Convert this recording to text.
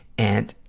and,